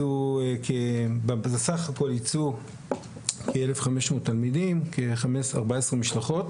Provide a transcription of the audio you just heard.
בסך הכול יצאו כ-1,500 תלמידים כ-14 משלחות,